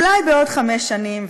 אולי בעוד חמש שנים,